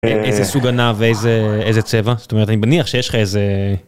איזה סוג ענב ואיזה איזה צבע, זאת אומרת אני מניח שיש לך איזה...